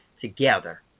together